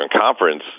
Conference—